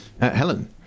Helen